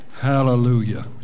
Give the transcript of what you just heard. Hallelujah